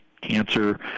cancer